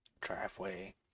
Driveway